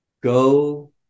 go